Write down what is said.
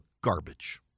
garbage